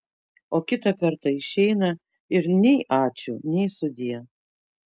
o kitą kartą išeina ir nei ačiū nei sudie